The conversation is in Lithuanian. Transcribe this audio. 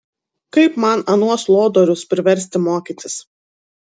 kaip man anuos lodorius priversti mokytis